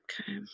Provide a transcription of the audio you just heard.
Okay